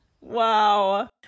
wow